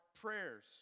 prayers